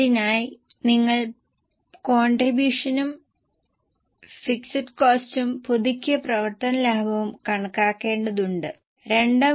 അതിനാൽ അത് വായിക്കുകയും പ്രൊജക്ഷനായി ഞങ്ങളെ സഹായിക്കുന്ന ചില വിവരങ്ങൾ അടയാളപ്പെടുത്തുകയും ചെയ്യുക